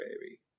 baby